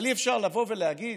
אבל אי-אפשר לבוא ולהגיד